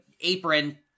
apron